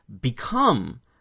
become